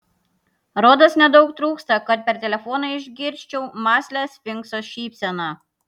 rodos nedaug trūksta kad per telefoną išgirsčiau mąslią sfinkso šypseną